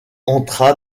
entra